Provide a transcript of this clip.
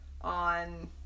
on